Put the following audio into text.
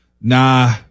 nah